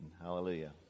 hallelujah